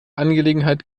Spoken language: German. angelegenheit